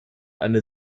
eine